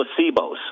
placebos